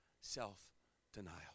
self-denial